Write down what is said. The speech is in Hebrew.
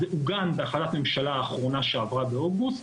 אז זה עוגן בהחלטת ממשלה האחרונה שעברה באוגוסט,